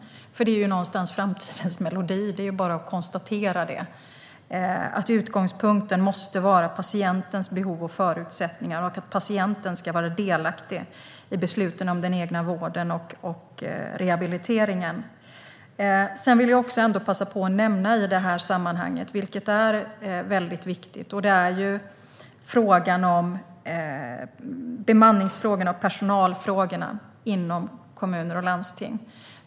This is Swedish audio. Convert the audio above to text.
Det är någonstans framtidens melodi; det är bara att konstatera. Utgångspunkten måste vara patientens behov och förutsättningar, och patienten ska vara delaktig i besluten om den egna vården och rehabiliteringen. Jag vill i sammanhanget passa på att nämna de viktiga bemannings och personalfrågorna inom kommuner och landsting.